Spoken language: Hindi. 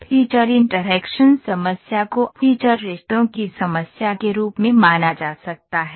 फीचर इंटरैक्शन समस्या को फीचर रिश्तों की समस्या के रूप में माना जा सकता है